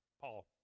Paul